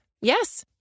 Yes